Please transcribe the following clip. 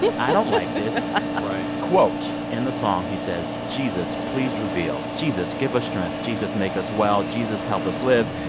i don't like this right quote in the song, he says, jesus, please reveal. jesus, give us strength. jesus, make us well. jesus, help us live.